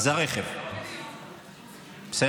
אז הרכב, בסדר?